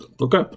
Okay